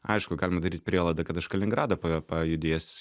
aišku galima daryt prielaidą kad iš kaliningrado pa pajudės